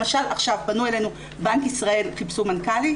למשל עכשיו בנק ישראל חיפש מנכ"לית